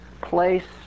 place